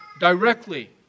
directly